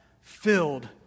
filled